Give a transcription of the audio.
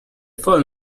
fall